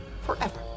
Forever